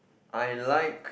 I like